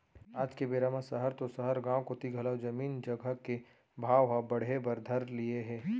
आज के बेरा म सहर तो सहर गॉंव कोती घलौ जमीन जघा के भाव हर बढ़े बर धर लिये हे